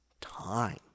time